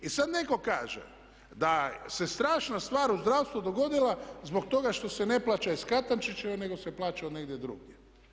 I sada netko kaže da se strašna stvar u zdravstvu dogodila zbog toga što se ne plaća iz Katančićeve nego se plaća od negdje drugdje.